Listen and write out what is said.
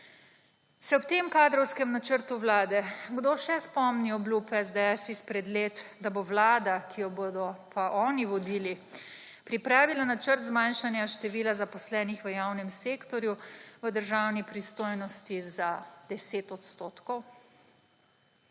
Se ob tem kadrovskem načrtu Vlade kdo še spomni obljub SDS izpred let, da bo Vlada, ki jo bodo pa oni vodili, pripravila načrt zmanjšanja števila zaposlenih v javnem sektorju v državni pristojnosti za 10 odstotkov?